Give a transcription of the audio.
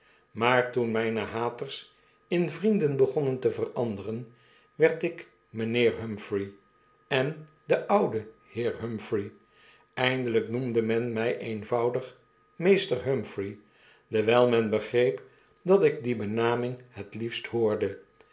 maar toen myne haters in vrienden begonnen te veranderen werd ik b mijnheer humphrey en de oude heer humphrey eindelrjk noemde men mij eenvoudig b meester humphrey dewyl men hegreep dat ik die benaming het liefst hoorde